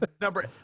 number